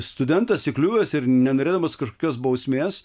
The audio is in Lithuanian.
studentas įkliuvęs ir nenorėdamas kažkokios bausmės